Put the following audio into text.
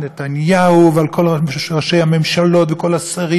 ושל כל ראשי הממשלות וכל השרים והנשיאים.